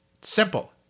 Simple